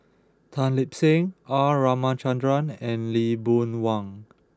Tan Lip Seng R Ramachandran and Lee Boon Wang